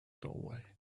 doorway